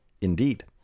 Indeed